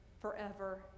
forever